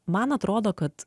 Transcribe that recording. man atrodo kad